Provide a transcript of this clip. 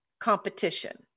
Competition